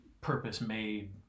purpose-made